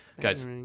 Guys